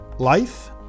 life